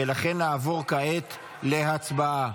ולכן נעבור כעת להצבעה.